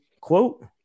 Quote